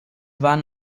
waren